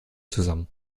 zusammen